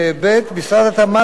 משרד התמ"ת נערך,